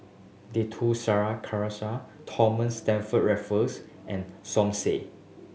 Dato Thomas Stamford Raffles and Som Said